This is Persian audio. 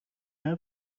حرف